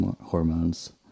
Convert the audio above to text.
hormones